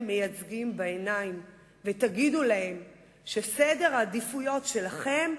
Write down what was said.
מייצגים בעיניים ותגידו להם שסדר העדיפויות שלכם,